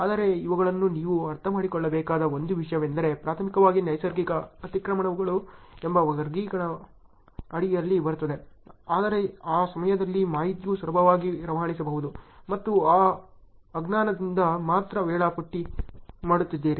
ಆದರೆ ಇವುಗಳನ್ನು ನೀವು ಅರ್ಥಮಾಡಿಕೊಳ್ಳಬೇಕಾದ ಒಂದು ವಿಷಯವೆಂದರೆ ಪ್ರಾಥಮಿಕವಾಗಿ ನೈಸರ್ಗಿಕ ಅತಿಕ್ರಮಣಗಳು ಎಂಬ ವರ್ಗೀಕರಣದ ಅಡಿಯಲ್ಲಿ ಬರುತ್ತದೆ ಅದರಲ್ಲಿ ಆ ಸಮಯದಲ್ಲಿ ಮಾಹಿತಿಯು ಸುಲಭವಾಗಿ ರವಾನಿಸಬಹುದು ಮತ್ತು ನೀವು ಆ ಜ್ಞಾನದಿಂದ ಮಾತ್ರ ವೇಳಾಪಟ್ಟಿ ಮಾಡುತ್ತಿದ್ದೀರಿ